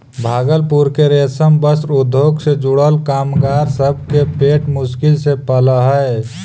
भागलपुर के रेशम वस्त्र उद्योग से जुड़ल कामगार सब के पेट मुश्किल से पलऽ हई